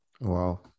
Wow